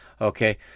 Okay